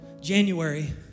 January